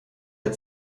der